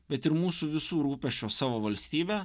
bet ir mūsų visų rūpesčio savo valstybe